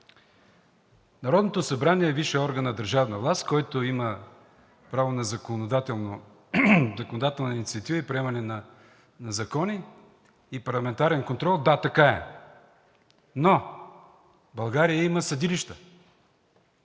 Народното събрание е висшият орган на държавна власт, който има право на законодателна инициатива, приемане на закони и парламентарен контрол. Да, така е. Но в България има съдилища.